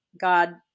God